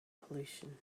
pollution